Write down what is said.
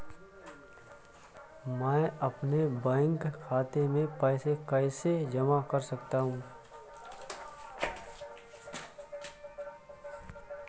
मैं अपने बैंक खाते में पैसे कैसे जमा कर सकता हूँ?